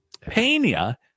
Pena